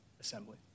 assembly